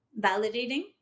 validating